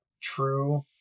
true